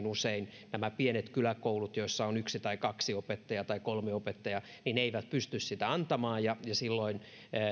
usein nämä pienet kyläkoulut joissa on yksi tai kaksi tai kolme opettajaa eivät pysty sitä antamaan ja silloin